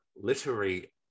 literary